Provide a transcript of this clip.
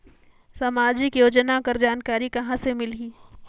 समाजिक योजना कर जानकारी कहाँ से मिलही?